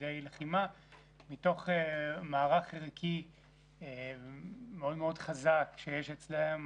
לתפקידי לחימה מתוך מערך ערכי מאוד מאוד חזק שיש אצלן,